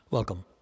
Welcome